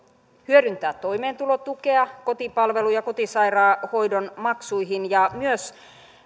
hyödyntää toimeentulotukea kotipalvelun ja kotisairaanhoidon maksuihin ja myös että